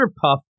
Puff